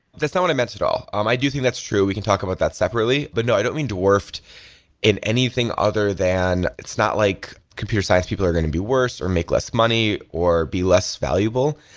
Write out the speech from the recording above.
that's not what i meant at all. um i do think that's true. we can talk about that separately. but no, i don't mean dwarfed in anything other than. it's not like computer science people are going to be worse or make less money or be less valuable.